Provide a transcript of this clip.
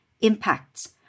impacts